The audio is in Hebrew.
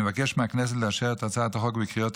אני מבקש מהכנסת לאשר את הצעת החוק בקריאות